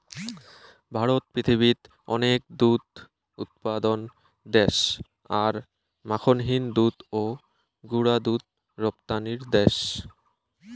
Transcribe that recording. ভারত পৃথিবীত অনেক দুধ উৎপাদন দ্যাশ আর মাখনহীন দুধ ও গুঁড়া দুধ রপ্তানির দ্যাশ